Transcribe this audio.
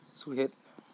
ᱥᱩᱦᱮᱫ